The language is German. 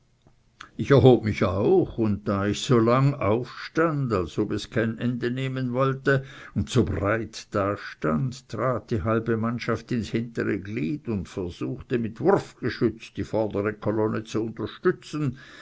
ich erhob mich auch und da ich so lang aufstand als ob es kein ende nehmen wollte und so breit da stand trat die halbe mannschaft ins hintere glied und versuchte mit wurfgeschütz die vordere kolonne zu unterstützen